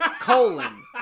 colon